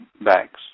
banks